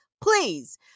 please